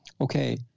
Okay